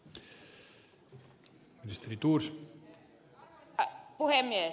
arvoisa puhemies